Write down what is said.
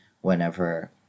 whenever